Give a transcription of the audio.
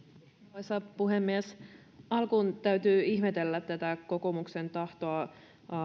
arvoisa puhemies alkuun täytyy ihmetellä tätä kokoomuksen tahtoa